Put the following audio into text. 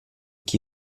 chi